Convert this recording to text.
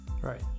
right